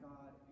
God